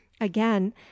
again